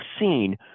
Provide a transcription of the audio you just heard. seen